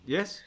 Yes